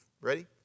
Ready